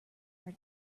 are